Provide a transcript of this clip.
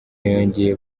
yongeye